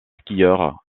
skieurs